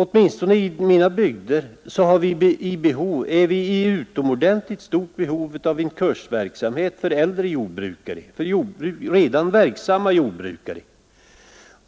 Åtminstone i mina bygder är vi i utomordentligt stort behov av en kursverksamhet för redan verksamma jordbrukare,